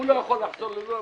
הוא לא יכול לחזור ללול הבסיס.